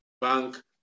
bank